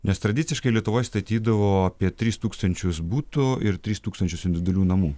nes tradiciškai lietuvoj statydavo apie tris tūkstančius butų ir tris tūkstančius individualių namų